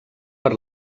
per